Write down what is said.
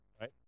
right